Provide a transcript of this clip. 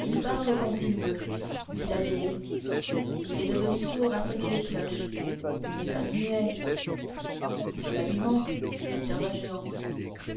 il parle quand il veut dit la vieille il est devenu sourd à sonner les cloches il n'est pas muet cela lui manque observa jehan